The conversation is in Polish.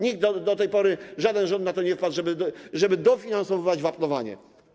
Nikt do tej pory, żaden rząd na to nie wpadł, żeby dofinansowywać wapnowanie.